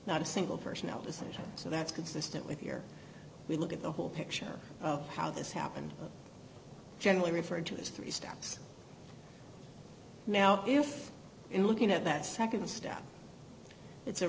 not a single personnel decision so that's consistent with your we look at the whole picture of how this happened generally referred to as three steps now if in looking at that nd step it's a